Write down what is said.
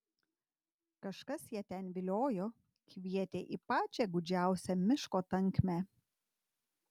kažkas ją ten viliojo kvietė į pačią gūdžiausią miško tankmę